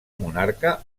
monarca